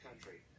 country